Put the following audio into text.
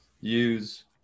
use